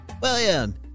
William